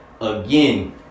again